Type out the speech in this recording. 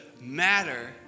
matter